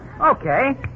Okay